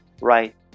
right